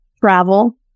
travel